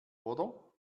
oder